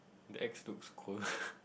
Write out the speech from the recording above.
the X looks cool